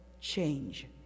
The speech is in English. change